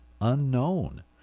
unknown